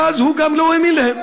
ואז הוא גם לא האמין להם.